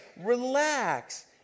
Relax